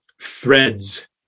threads